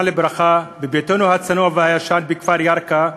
לברכה בביתנו הצנוע והישן בכפר ירכא,